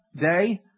day